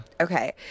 Okay